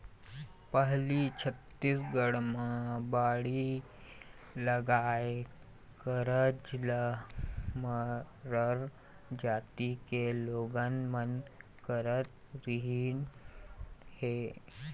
पहिली छत्तीसगढ़ म बाड़ी लगाए कारज ल मरार जाति के लोगन मन करत रिहिन हे